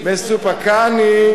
מסופקני,